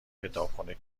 کتابخونه